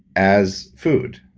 as food.